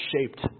shaped